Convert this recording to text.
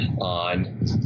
on